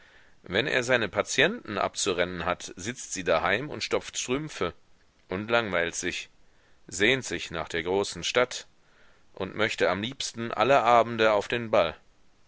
wenn er seine patienten abzurennen hat sitzt sie daheim und stopft strümpfe und langweilt sich sehnt sich nach der großen stadt und möchte am liebsten alle abende auf den ball